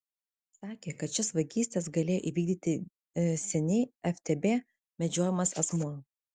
sakė kad šias vagystes galėjo įvykdyti seniai ftb medžiojamas asmuo